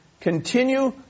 continue